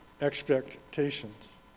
expectations